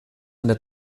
eine